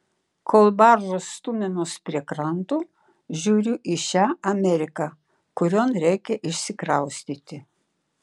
kol baržos stumiamos prie kranto žiūriu į šią ameriką kurion reikia išsikraustyti